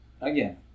again